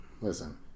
Listen